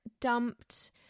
Dumped